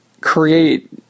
create